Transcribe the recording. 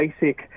basic